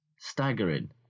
staggering